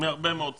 מהרבה מאוד סיבות.